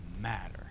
matter